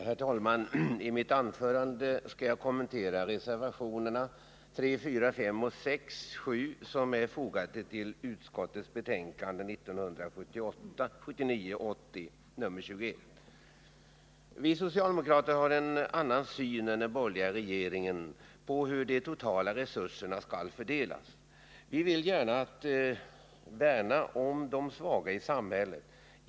Herr talman! I mitt anförande skall jag kommentera reservationerna 3, 4, 5, 6 och 7 som är fogade till arbetsmarknadsutskottets betänkande 1979/80:21. Vi socialdemokrater har en annan syn än den borgerliga regeringen på hur de totala resurserna skall fördelas. Vi vill värna om de svaga i samhället.